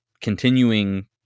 continuing